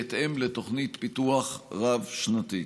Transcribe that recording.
בהתאם לתוכנית פיתוח רב-שנתית.